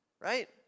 Right